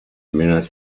minute